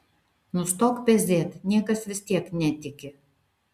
nustok pezėt niekas vis tiek netiki